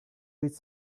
with